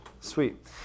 Sweet